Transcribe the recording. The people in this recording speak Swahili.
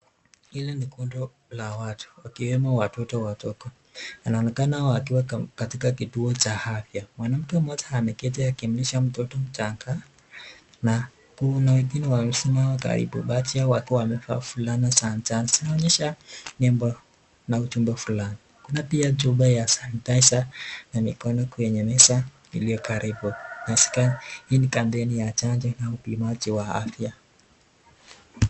Hili ni kundi la watu wakiwemo watoto wadogo. Wanaonekana wakiwa katika kituo cha afya. Mwanamke mmoja ameketi akimlisha mtoto mchanga na kuna wengi wamesimama karibu. Baadhi yao wamevaa fulana za njano. Zinaonyesha nembo na ujumbe fulani. Kuna pia chupa ya sanitizer ya mikono kwenye meza iliyokaribu. Hii ni campaign ya chanjo na upimaji wa afya.